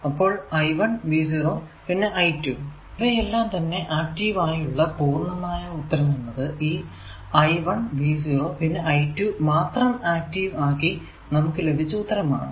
അപ്പോൾ I1 V0 പിന്നെ I2 ഇവയെല്ലാം തന്നെ ആക്റ്റീവ് ആയുള്ള പൂർണമായ ഉത്തരം എന്നത് ഈ I1 V0 പിന്നെ I2 മാത്രം ആക്റ്റീവ് ആക്കി നമുക്ക് ലഭിച്ച ഉത്തരമാണ്